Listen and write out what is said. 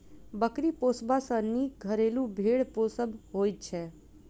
बकरी पोसबा सॅ नीक घरेलू भेंड़ पोसब होइत छै